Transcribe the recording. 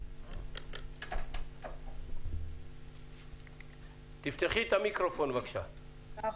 בזום